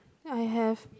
ya I have